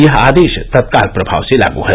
यह आदेश तत्काल प्रभाव से लागू है